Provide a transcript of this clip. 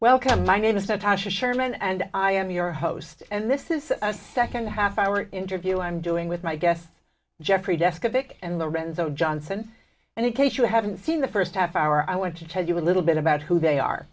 welcome my name is that tasha sherman and i am your host and this is a second half hour interview i'm doing with my guests jeffrey deskovic and lorenzo johnson and the case you haven't seen the first half hour i want to tell you a little bit about who they are